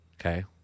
Okay